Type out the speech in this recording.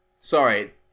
Sorry